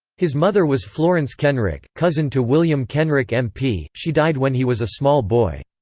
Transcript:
his mother was florence kenrick, cousin to william kenrick mp she died when he was a small boy.